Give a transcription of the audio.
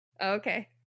Okay